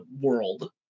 world